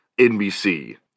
NBC